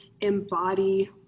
embody